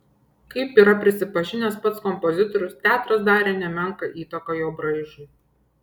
kaip yra prisipažinęs pats kompozitorius teatras darė nemenką įtaką jo braižui